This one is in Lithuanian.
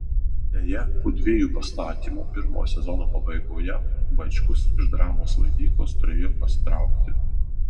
deja po dviejų pastatymų pirmojo sezono pabaigoje vaičkus iš dramos vaidyklos turėjo pasitraukti